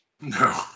No